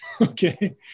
Okay